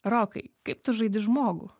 rokai kaip tu žaidi žmogų